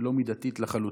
לא מידתית לחלוטין.